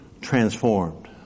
transformed